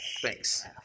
Thanks